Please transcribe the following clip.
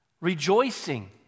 rejoicing